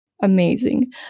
Amazing